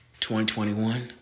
2021